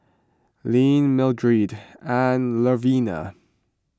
Leeann Mildred and Louvenia